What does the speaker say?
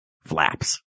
flaps